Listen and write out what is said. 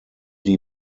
die